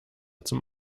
zum